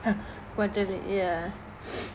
quarterly ya